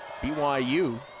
BYU